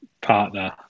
partner